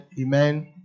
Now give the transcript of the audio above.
Amen